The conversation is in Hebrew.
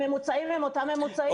הממוצעים הם אותם ממוצעים.